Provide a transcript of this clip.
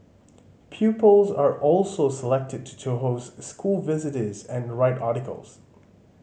pupils are also selected to host school visitors and write articles